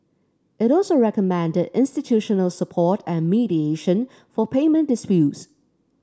it also recommended institutional support and mediation for payment disputes